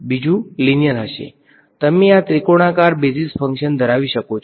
તેથી તમે આ ત્રિકોણાકાર બેસીસ ફંકશન ધરાવી શકો છો